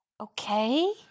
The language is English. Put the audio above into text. Okay